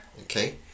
Okay